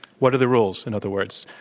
what are the rules, in other words?